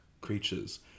creatures